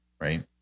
right